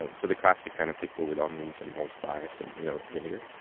and so the classic kind, of pickled with onions and allspice and you know vinegar.